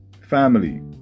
family